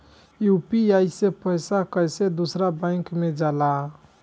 UPI से पैसा कैसे दूसरा बैंक मे जाला?